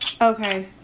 Okay